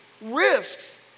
risks